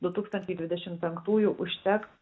du tūkstančiai dvidešimt penktųjų užteks